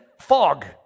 fog